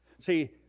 See